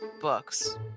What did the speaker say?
books